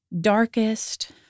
darkest